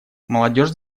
молодежь